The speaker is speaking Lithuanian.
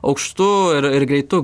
aukštu ir ir greitu